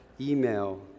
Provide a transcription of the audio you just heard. Email